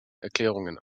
erklärungen